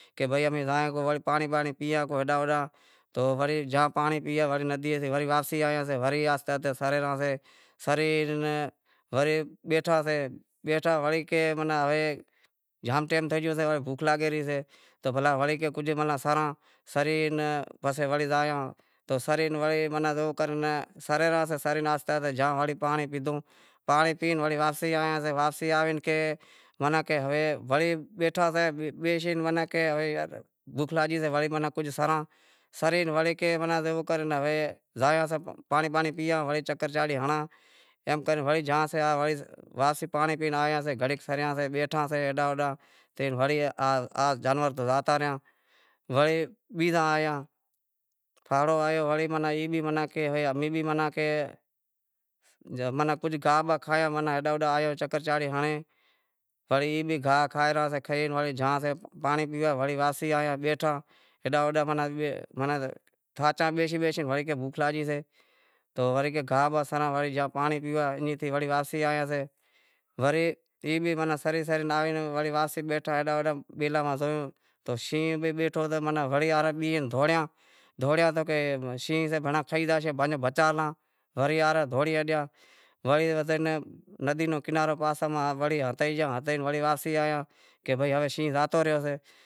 بھائی امیں زائے پانڑی بانڑی پیئے ہیڈاں ہوڈاں تو وڑے پانڑی پیئے ندیئے تھی واپسی آیا سے وڑے آہستے آہستے سرے رہاسیں سرے ورے بیٹھا سے بیتھا ہوے کہیں جام ٹیم تھے گیو سے ہوے بوکھ لاگے رہی تو بلا وڑے کہے کجھ ماناں سراں، سری پسے وڑے زایاں تو سرے وڑے زیووکر سرے رہیا سے سرے پسے وڑے آہستے آہستے جاں پانڑی پیدہو۔ پانڑی پی وڑے واپسی آیاسیں، واپسی آوے مانں واپسی وڑے بیٹھا سے کہ ماناں بیشے وڑے کہے بوکھ لاگی شے ہوے کجھ سراں سری وڑے کہے زیوو کر ہوے زایاسیں پپانڑی بانڑی پیئاں چکر چاڑی ہنڑاں ہیں کر وری جاسیں پانڑی پی آیا سے گھنڑی ہک سریاسیں بیٹھا سیں ہیڈاں ہوڈاں تی وڑی جانور تو زاتا رہیا وڑی بیزا آیا پھاڑو آیو ای بھی کہے امیں بھی ماناں گاھ باہ کھایا ہیڈاں ہوڈاں آیو چکر چانڑی ہنڑے وڑی ای بھی گاہ کھائے رہاسیں، گاہ کھائی وڑی جانسیں پانڑی پیوا وڑی واپسی آیا بیٹھا ہیڈاں ہوڈاں تھاچا بیشے بیسے وڑے کہیں بوکھ لاگی شے تو وڑے کہیں گاہ باہ سراں تو پانڑی پیواں ایئں تھے واپسی آیا سے وری ای بھی سرے سرے سرے وڑی آوے واپسی بیٹھا ہیڈاں ہوڈاں بیلاں ماہ زویو تو شینہں بھی بیٹھو سے ماناں وڑے آ رے پیئے دہونڑیا، دہونڑیا تو کہے شینہں سے بھئی کھئی زاشے بچا کراں وڑے آیا دہونڑی ہالیا دہونڑی وڑے ندی رو کنارو پاسے ماں ہتئی گیا پسے وڑی واپسی آیا